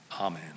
amen